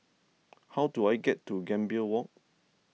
how do I get to Gambir Walk